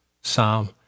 Psalm